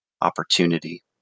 opportunity